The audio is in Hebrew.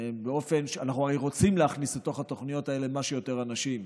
הרי אנחנו רוצים להכניס לתוך התוכניות האלה כמה שיותר אנשים.